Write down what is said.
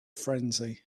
frenzy